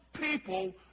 people